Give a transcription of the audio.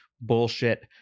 bullshit